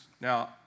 Now